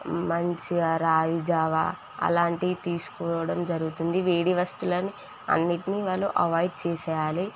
మంచిగా రాగి జావ అలాంటివి తీసుకోవడం జరుగుతుంది వేడి వస్తువులని అన్నిటినీ వాళ్ళు అవాయిడ్ చేసేయాలి